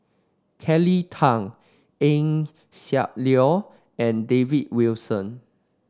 Kelly Tang Eng Siak Loy and David Wilson